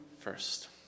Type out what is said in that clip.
first